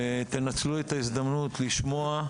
תנצלו את ההזדמנות לשמוע,